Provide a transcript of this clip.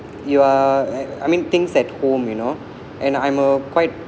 you are I mean things at home you know and I'm a quite